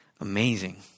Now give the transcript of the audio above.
amazing